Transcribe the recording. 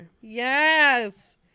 yes